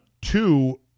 two